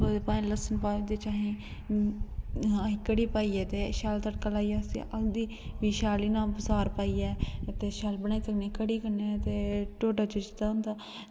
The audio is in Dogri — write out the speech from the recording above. ते बाद बिच असें कढ़ी पाइयै ते बाद बिच असें शैल करियै बसार पाइयै शैल बनाई देनी कढ़ी ते ढोड्डा होंदा